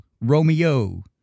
Romeo